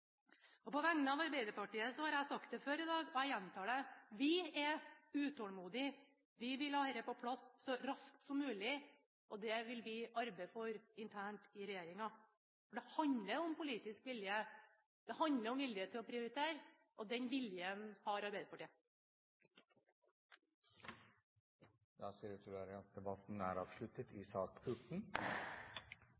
fortsetter. På vegne av Arbeiderpartiet har jeg sagt det før i dag, og jeg gjentar det: Vi er utålmodige. Vi vil ha dette på plass så raskt som mulig. Det vil vi arbeide for internt i regjeringen. Det handler om politisk vilje. Det handler om vilje til å prioritere. Den viljen har Arbeiderpartiet. Flere har ikke bedt om ordet til sak nr. 14. Da ser det ut til at Stortinget er